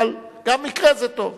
אבל גם מקרה זה טוב.